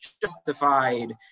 justified